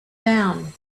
down